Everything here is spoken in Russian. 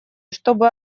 чтобы